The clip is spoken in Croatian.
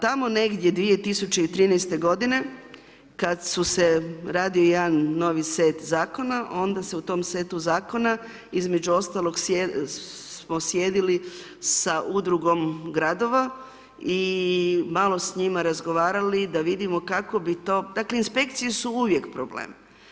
Tamo negdje 2013. godine, kad su se, radio jedan set Zakona, onda se u tom setu Zakona između ostalog, smo sjedili sa Udrugom Gradova, i malo s njima razgovarali da vidimo kako bi to, dakle, inspekcije su uvijek problem.